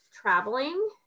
traveling